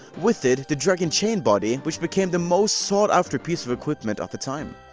with it, the dragon chainbody which became the most sought-after piece of equipment at the time.